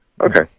Okay